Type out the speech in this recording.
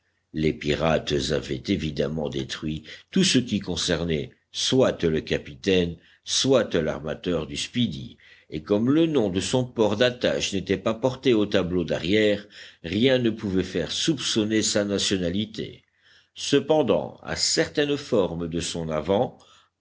les pirates avaient évidemment détruit tout ce qui concernait soit le capitaine soit l'armateur du speedy et comme le nom de son port d'attache n'était pas porté au tableau d'arrière rien ne pouvait faire soupçonner sa nationalité cependant à certaines formes de son avant